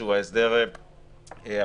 שהוא ההסדר הפרטני,